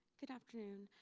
good afternoon.